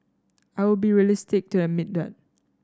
I will be realistic to admit that